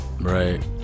Right